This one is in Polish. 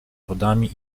wodami